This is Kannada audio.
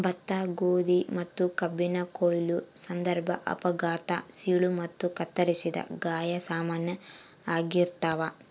ಭತ್ತ ಗೋಧಿ ಮತ್ತುಕಬ್ಬಿನ ಕೊಯ್ಲು ಸಂದರ್ಭ ಅಪಘಾತ ಸೀಳು ಮತ್ತು ಕತ್ತರಿಸಿದ ಗಾಯ ಸಾಮಾನ್ಯ ಆಗಿರ್ತಾವ